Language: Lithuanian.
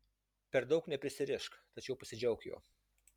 per daug neprisirišk tačiau pasidžiauk juo